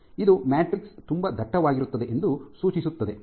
ಇದು ಮ್ಯಾಟ್ರಿಕ್ಸ್ ತುಂಬಾ ದಟ್ಟವಾಗಿರುತ್ತದೆ ಎಂದು ಸೂಚಿಸುತ್ತದೆ